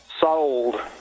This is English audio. sold